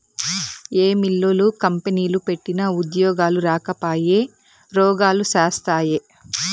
ఏ మిల్లులు, కంపెనీలు పెట్టినా ఉద్యోగాలు రాకపాయె, రోగాలు శాస్తాయే